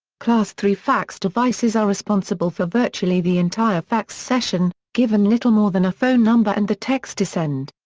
class three fax devices are responsible for virtually the entire fax session, given little more than a phone number and the text to send.